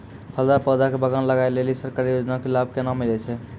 फलदार पौधा के बगान लगाय लेली सरकारी योजना के लाभ केना मिलै छै?